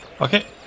Okay